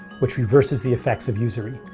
which reverses the effects of usury.